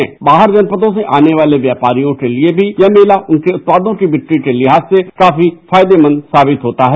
मेले में बाहर जनपदों से आने वाले व्यापारियों के लिए ये मेला उनके उत्पादों की विक्री के लिहाज से काफी फायदेमंद साबित होता है